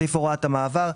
סעיף הוראת המעבר.